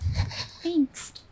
Thanks